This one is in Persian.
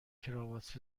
کراوات